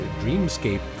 dreamscape